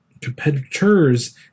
competitors